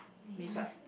means what